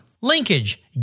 Linkage